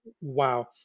wow